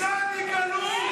חבר הכנסת רביבו.